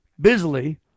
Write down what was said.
busily